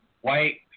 white